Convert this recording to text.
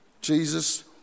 Jesus